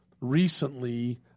recently